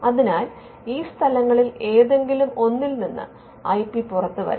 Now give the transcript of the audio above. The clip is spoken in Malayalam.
അതിനാൽ ഈ സ്ഥലങ്ങളിൽ ഏതെങ്കിലും ഒന്നിൽ നിന്ന് ഐ പി പുറത്തുവരാം